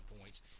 points